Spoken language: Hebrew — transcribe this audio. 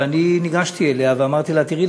ואני ניגשתי אליה ואמרתי לה: תראי,